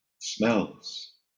smells